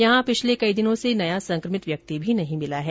यहां पिछले कई दिनों से नया संक्रमित व्यक्ति भी नहीं मिला है